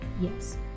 Yes